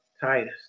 Titus